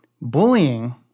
Bullying